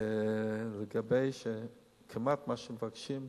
לגבי כמעט כל מה שמבקשים.